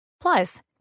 Plus